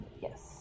yes